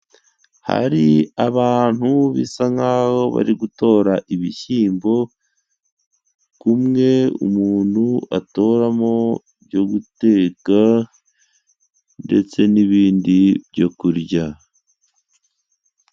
Hari abantu bisa nk'aho bari gutora ibishyimbo, kumwe umuntu atoramo ibyo gutega ndetse n'ibindi byo kurya.